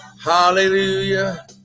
Hallelujah